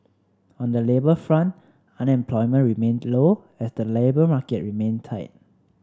on the labour front unemployment remained low as the labour market remained tight